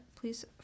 Please